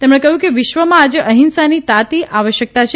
તેમણે કહ્યું કે વિશ્વમાં આજે અહિંસાની તાતી આવશ્યકતા છે